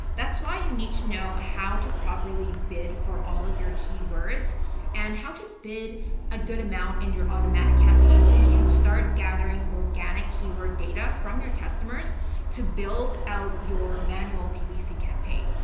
that's why you need to know how to properly bid for all of your keywords and how to bid a good amount in your automatic campaign so you can start gathering organic keyword data from your customers to build out your manual ppc campaign.